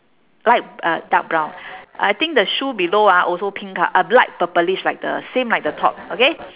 light uh dark brown I think the shoe below ah also pink col~ uh light purplish like the same like the top okay